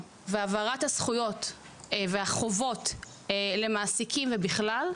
ובכלל זה גם הבהרת זכויות וחובות למעסיקים ועניינים נוספים,